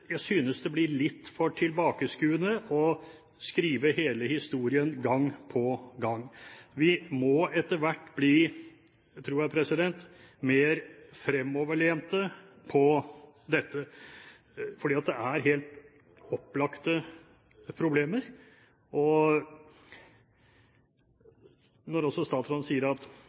jeg synes det blir litt for tilbakeskuende å skrive hele historien gang på gang. Vi må etter hvert bli, tror jeg, mer fremoverlent på dette, for det er helt opplagte problemer. Statsråden sier at